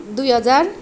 दुई हजार